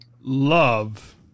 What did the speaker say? love